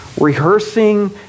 Rehearsing